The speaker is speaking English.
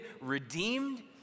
redeemed